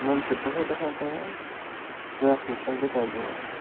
منٛزٕ چھِ دۄہَے گژھان تیار بیٛاکھ چھِ بیٚکۍ اَنٛدٕ دِوان حظ